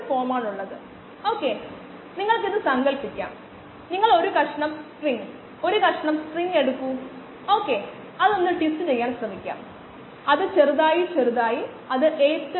കോശങ്ങൾ ഉൾക്കൊള്ളുന്ന വോളിയത്തിന്റെ അംശം അല്ലെങ്കിൽ നമ്മുടെ കോശ ഉള്ളടക്കങ്ങളുടെ അളവ് പ്രത്യേകിച്ചും അച്ചുകൾക്കായി ഉപയോഗിക്കാം ഹൈഫെയുടെ വിപുലീകരണത്തിലൂടെ വളരുന്ന ജീവികളാണ് അച്ചുകൾ എന്ന് പറഞ്ഞിരുന്നു